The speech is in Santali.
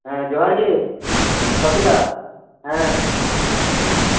ᱦᱮᱸ ᱡᱚᱦᱟᱨ ᱜᱮ ᱵᱟᱯᱤᱫᱟ ᱦᱮᱸ